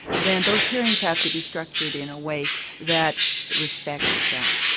then those hearings have to be structured in a way that respects that.